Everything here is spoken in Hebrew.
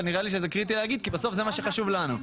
אבל נראה לי שזה קריטי להגיד כי בסוף זה מה שחשוב לנו.